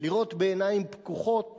לראות בעיניים פקוחות